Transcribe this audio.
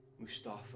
Mustafa